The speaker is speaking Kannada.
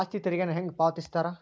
ಆಸ್ತಿ ತೆರಿಗೆನ ಹೆಂಗ ಪಾವತಿಸ್ತಾರಾ